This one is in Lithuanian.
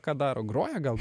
ką daro groja gal